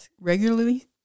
regularly